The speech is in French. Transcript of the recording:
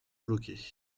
bloquée